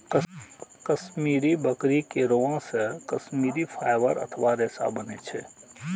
कश्मीरी बकरी के रोआं से कश्मीरी फाइबर अथवा रेशा बनै छै